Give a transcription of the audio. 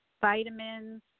vitamins